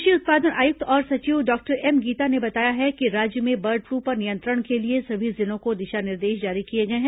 कृषि उत्पादन आयुक्त और सचिव डॉक्टर एम गीता ने बताया है कि राज्य में बर्ड फ्लू पर नियंत्रण के लिए सभी जिलों को दिशा निर्देश जारी किए गए हैं